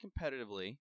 competitively